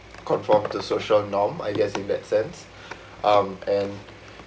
conform to social norm I guess in that sense um and